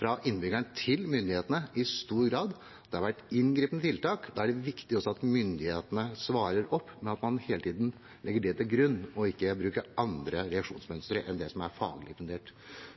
fra innbyggerne til myndighetene i stor grad. Det har vært inngripende tiltak, og da er det også viktig at myndighetene svarer med at man hele tiden legger det til grunn, og ikke bruker andre reaksjonsmønstre enn det som er faglig fundert.